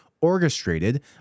orchestrated